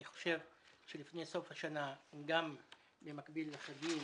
אני חושב שלפני סוף השנה, במקביל לחגים,